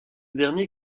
dernier